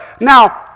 Now